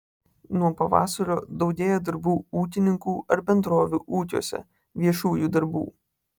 nuo pavasario daugėja darbų ūkininkų ar bendrovių ūkiuose viešųjų darbų